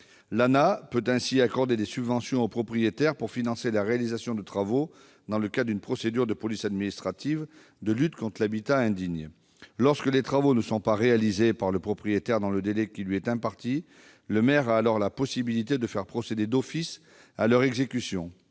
l'ANAH, peut accorder des subventions aux propriétaires pour financer la réalisation de travaux dans le cadre d'une procédure de police administrative de lutte contre l'habitat indigne. Lorsque les travaux ne sont pas réalisés par le propriétaire dans le délai qui lui est imparti, le maire a la possibilité de faire procéder d'office à leur exécution.